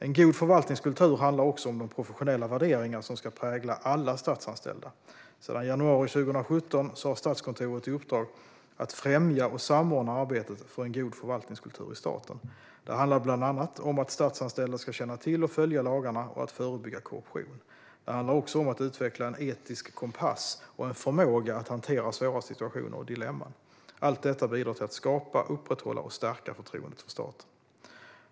En god förvaltningskultur handlar också om de professionella värderingar som ska prägla alla statsanställda. Sedan januari 2017 har Statskontoret i uppdrag att främja och samordna arbetet för en god förvaltningskultur i staten. Det handlar bland annat om att statsanställda ska känna till och följa lagarna och att förebygga korruption. Det handlar också om att utveckla en etisk kompass och en förmåga att hantera svåra situationer och dilemman. Allt detta bidrar till att skapa, upprätthålla och stärka förtroendet för staten.